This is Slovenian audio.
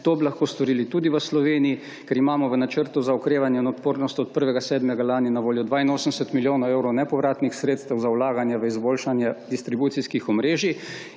To bi lahko storili tudi v Sloveniji, ker imamo v načrtu za okrevanje in odpornost od 1. 7. lani na voljo 82 milijonov evrov nepovratnih sredstev za vlaganje v izboljšanje distribucijskih omrežij